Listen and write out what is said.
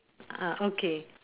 ah okay